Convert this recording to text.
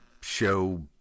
Show